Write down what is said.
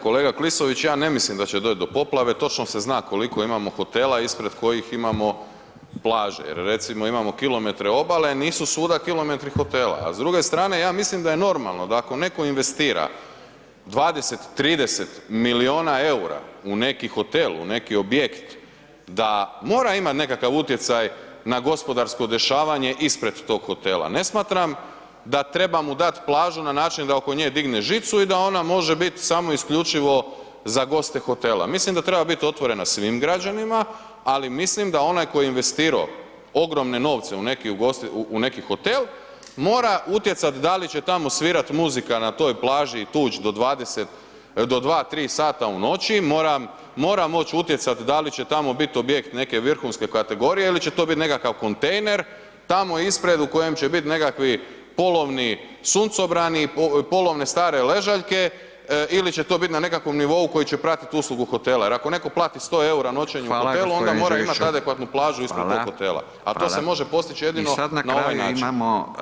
Kolega Klisović, ja ne mislim da će doć do poplave, točno se zna koliko imamo hotela ispred kojih imamo plaže jer recimo imamo kilometre obale, nisu svuda kilometri hotela, a s druge ja mislim da je normalno da ako neko investira 20-30 milijuna EUR-a u neki hotel, u neki objekt da mora imat nekakav utjecaj na gospodarsko dešavanje ispred tog hotela, ne smatram da treba mu dat plažu na način da oko nje digne žicu i da ona može bit samo isključivo za goste hotela, mislim da treba bit otvorena svim građanima, ali mislim da onaj tko je investirao ogromne novce u neki hotel, mora utjecat da li će tamo svirat muzika na toj plaži i tuć do 2-3 sata u noći, mora moć utjecat da li će tamo bit objekt neke vrhunske kategorije ili će to bit nekakav kontejner tamo ispred u kojem će bit nekakvi polovni suncobrani i polovne stare ležaljke ili će to bit na nekakvom nivou koji će pratit uslugu hotela jer ako neko plati 100,00 EUR-a noćenje u [[Upadica: Hvala g. Đujiću]] hotelu onda mora imat adekvatnu plažu ispred tog [[Upadica: Hvala]] hotela [[Upadica: Hvala]] , a to se može postić jedino [[Upadica: I sad na kraju imamo…]] na ovaj način.